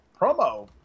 promo